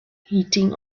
heating